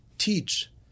Teach